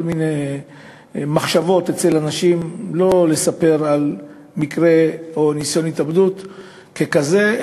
כל מיני מחשבות אצל אנשים לא לספר על מקרה או ניסיון התאבדות ככזה,